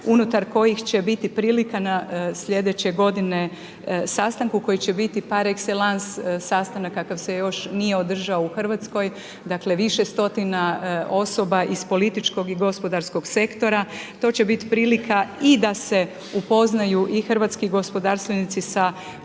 unutar kojih će biti prilika slijedeće godine sastanku koji će biti par-excellance sastanak kakav se još nije održao u Hrvatskoj, dakle više stotina osoba iz političkog i gospodarskog sektora, to će biti prilika i da se upoznaju i hrvatski gospodarstvenici sa